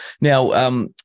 now